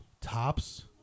Tops